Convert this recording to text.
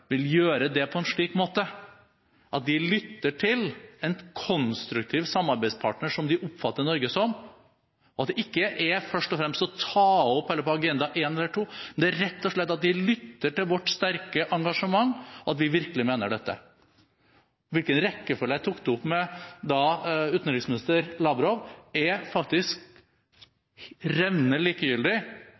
vil gjøre det på en slik måte at de lytter til en konstruktiv samarbeidspartner, som de oppfatter Norge som. Dette handler ikke først og fremst om å ta det opp på agendaen som nr. 1 eller nr. 2, men rett og slett om at de lytter til vårt sterke engasjement, og at vi virkelig mener dette. Hvilken rekkefølge jeg tok det opp i med utenriksminister Lavrov, er faktisk revnende likegyldig.